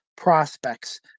prospects